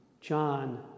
John